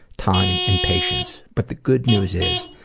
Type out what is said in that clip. time, and patience. but the good news is,